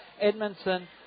Edmondson